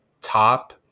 top